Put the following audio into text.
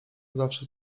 zawsze